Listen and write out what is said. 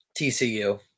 TCU